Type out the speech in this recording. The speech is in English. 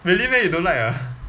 really meh you don't like ah